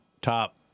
top